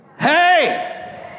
Hey